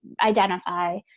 identify